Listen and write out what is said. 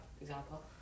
example